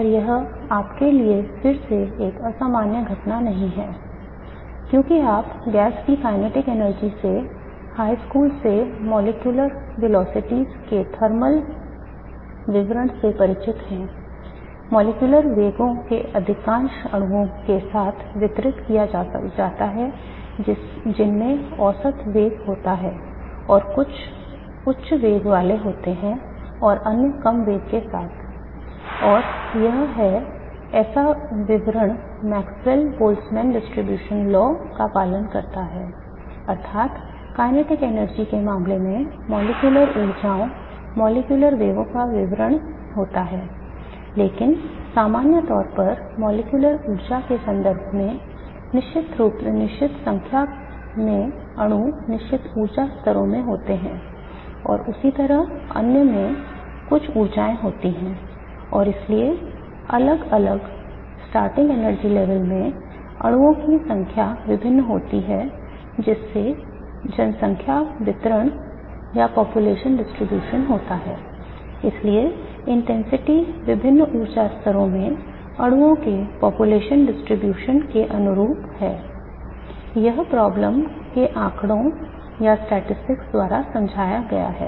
और यह आपके लिए फिर से एक असामान्य घटना नहीं है क्योंकि आप गैसों के गतिज सिद्धांत द्वारा समझाया गया है